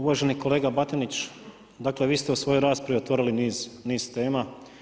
Uvaženi kolega Batinić, dakle, vi ste u svojoj raspravi otvorili niz tema.